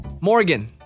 Morgan